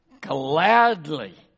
gladly